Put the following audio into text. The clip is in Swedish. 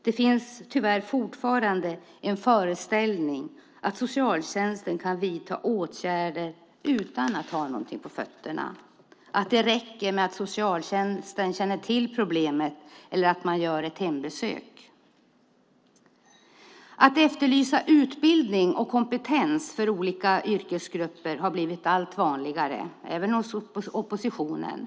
Det finns tyvärr fortfarande en föreställning att socialtjänsten kan vidta åtgärder utan att ha ordentligt på fötterna, att det räcker med att socialtjänsten känner till problemet eller gör ett hembesök. Att efterlysa utbildning och kompetens för olika yrkesgrupper har blivit allt vanligare - även hos oppositionen.